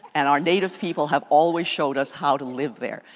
and our native people have always showed us how to live there.